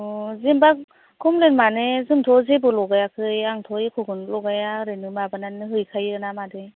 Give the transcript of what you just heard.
अ' जेनेबा कमप्लेइन मानि जोंथ' जेबो लगायाखै आंथ' एख'खौनो लगाया ओरैनो माबानानै हैखायो ना मादै